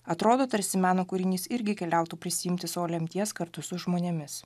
atrodo tarsi meno kūrinys irgi keliautų prisiimti savo lemties kartu su žmonėmis